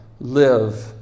live